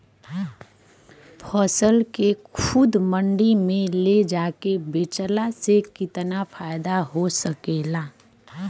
फसल के खुद मंडी में ले जाके बेचला से कितना फायदा हो सकेला?